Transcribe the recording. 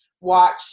watch